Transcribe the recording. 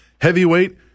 Heavyweight